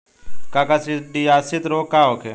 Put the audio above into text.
काकसिडियासित रोग का होखे?